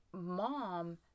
Mom